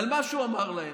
על מה שהוא אמר להם.